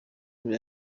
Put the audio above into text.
urebe